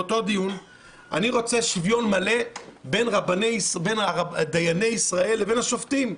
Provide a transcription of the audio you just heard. רוצה שוויון מלא בין דייני ישראל לבין השופטים.